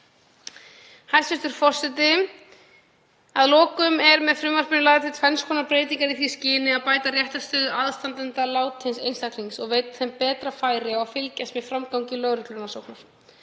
Hæstv. forseti. Að lokum eru með frumvarpinu lagðar til tvenns konar breytingar í því skyni að bæta réttarstöðu aðstandenda látins einstaklings og veita þeim betra færi á að fylgjast með framgangi lögreglurannsóknar.